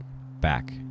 back